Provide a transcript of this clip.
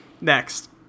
Next